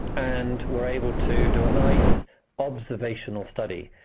and were able to do a nice observational study.